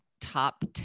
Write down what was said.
top